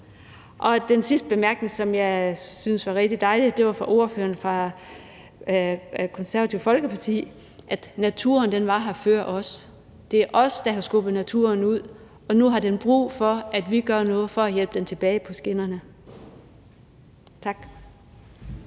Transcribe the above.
Den sidste bemærkning, som jeg synes var rigtig dejlig, var fra ordføreren fra Det Konservative Folkeparti, nemlig at naturen var her før os. Det er os, der har skubbet naturen ud, og nu har den brug for, at vi gør noget for at hjælpe den tilbage på skinnerne. Tak.